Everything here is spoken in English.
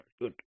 Good